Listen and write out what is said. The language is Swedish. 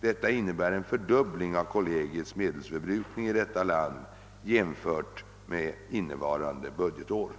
Detta innebär en fördubbling av kollegiets medelsförbrukning i detta land jämfört med innevarande budgetår.